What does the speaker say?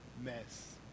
mess